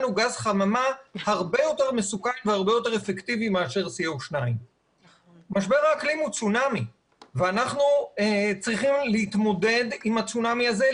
הוא גז חממה הרבה יותר מסוכן והרבה יותר אפקטיבי מאשר Co2. משבר האקלים הוא צונאמי ואנחנו צריכים להתמודד עם הצונאמי הזה,